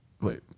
Wait